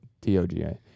T-O-G-A